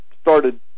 started